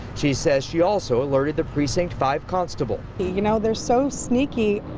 she says she also alerted the precinct five constable you know they're so sneaky.